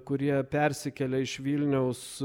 kurie persikelia iš vilniaus